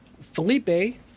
Felipe